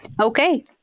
Okay